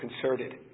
concerted